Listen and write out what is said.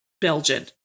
Belgian